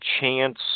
chance